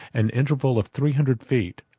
an interval of three hundred feet,